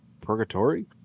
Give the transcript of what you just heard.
Purgatory